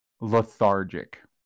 lethargic